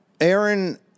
Aaron